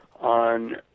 on